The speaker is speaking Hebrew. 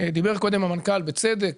דיבר קודם המנכ"ל בצדק